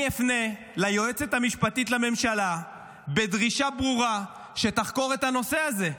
אני אפנה ליועצת המשפטית לממשלה בדרישה ברורה שתחקור את הנושא הזה.